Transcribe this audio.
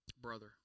Brother